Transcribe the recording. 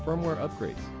firmware upgrades,